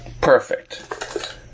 Perfect